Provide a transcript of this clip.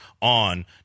on